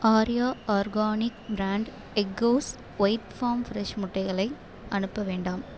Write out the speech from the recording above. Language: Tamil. Arya organic brand eggs white farm fresh முட்டைகளை அனுப்ப வேண்டாம்